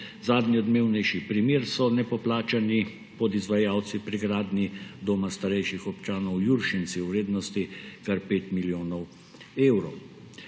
Zadnji odmevnejši primer so nepoplačani podizvajalci pri gradnji doma starejših občanov v Juršincih v vrednosti kar 5 milijonov evrov.